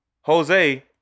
Jose